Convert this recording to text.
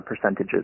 percentages